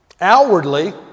Outwardly